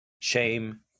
Shame